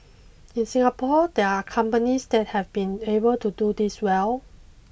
in Singapore there are companies that have been able to do this well